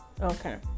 okay